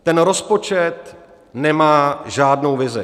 Ten rozpočet nemá žádnou vizi.